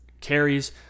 carries